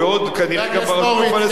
כנראה גם ברשות הפלסטינית,